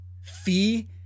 fee